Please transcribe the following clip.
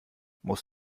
muss